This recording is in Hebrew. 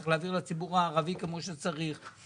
צריך להעביר לציבור הערבי כמו שצריך,